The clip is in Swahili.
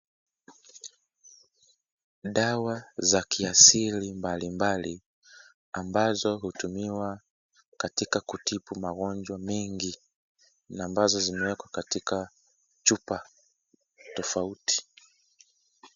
Dawa za kiasili mbali mbali ambazo hutumiwa katika kutibu magonjwa mengi na ambazo zimewekwa katika chupa tofauti.